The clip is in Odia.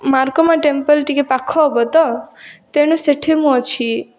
ମାର୍କମା ଟେମ୍ପଲ୍ ଟିକେ ପାଖ ହେବ ତ ତେଣୁ ସେଇଠି ମୁଁ ଅଛି